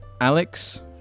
Alex